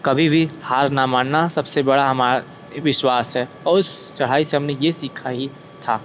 कभी भी हार ना मानना सबसे बड़ा हमारा विश्वास है और उस चढ़ाई से हमने ये सीखा ही था